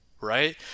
Right